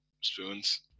Spoon's